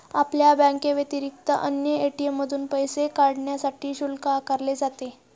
आपल्या बँकेव्यतिरिक्त अन्य ए.टी.एम मधून पैसे काढण्यासाठी शुल्क आकारले जाते